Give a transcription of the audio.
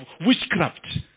witchcraft